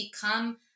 become